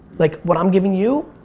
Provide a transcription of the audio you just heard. like what i'm giving you,